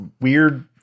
weird